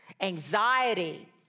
anxiety